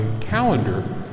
calendar